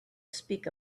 speak